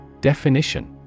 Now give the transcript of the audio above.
Definition